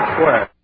Square